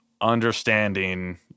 understanding